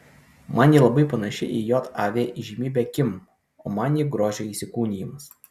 man ji labai panaši į jav įžymybę kim o man ji grožio įsikūnijimas